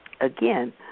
Again